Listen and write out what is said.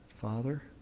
Father